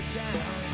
down